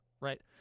right